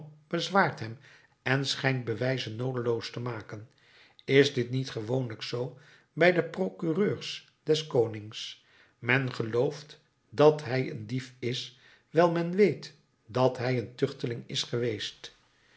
bezwaart hem en schijnt bewijzen noodeloos te maken is dit niet gewoonlijk zoo bij de procureurs des konings men gelooft dat hij een dief is wijl men weet dat hij een tuchteling is geweest